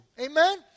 Amen